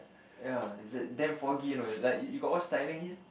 ya is like damn foggy you know like you you got watch Silent Hill